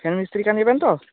fan ᱢᱤᱥᱛᱨᱤ ᱠᱟᱱ ᱜᱮᱭᱟᱵᱮᱱ ᱛᱚ